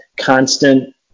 constant